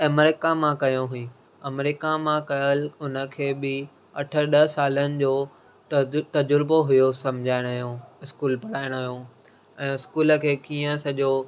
America मां कयो हुई अमरिका मां कयल हुनखे बि अठ ॾह सालनि जो तज़ूरबो हुयसि समुझाइण जो स्कूल पढ़ाइण जो ऐं स्कूल खे कीअं सॼो